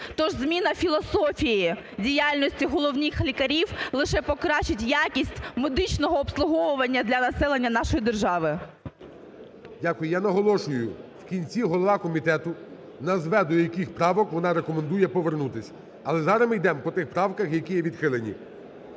Тож зміна філософії діяльності головних лікарів лише покращить якість медичного обслуговування для населення нашої держави. ГОЛОВУЮЧИЙ. Дякую. Я наголошую: в кінці голова комітету назве до яких правок вона рекомендує повернутися. Але зараз ми йдемо по тих правках, які відхилені.